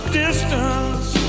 distance